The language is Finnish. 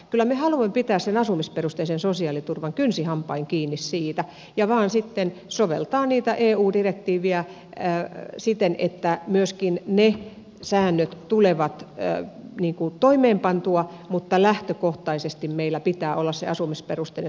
kyllä me haluamme pitää siitä asumisperusteisesta sosiaaliturvasta kynsin hampain kiinni ja vain sitten soveltaa niitä eu direktiivejä siten että myöskin ne säännöt tulevat toimeenpantua mutta lähtökohtaisesti meillä pitää olla se asumisperusteinen sosiaaliturva